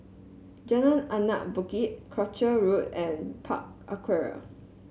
Jalan Anak Bukit Croucher Road and Park Aquaria